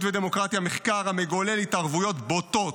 ודמוקרטיה מחקר המגולל התערבויות בוטות,